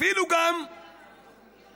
כשיוצאים האנשים או